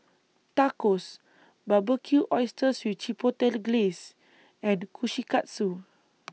Tacos Barbecued Oysters with Chipotle Glaze and Kushikatsu